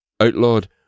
outlawed